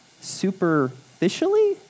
superficially